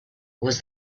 was